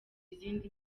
izindi